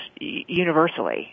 universally